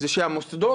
זה שחלק מהמוסדות,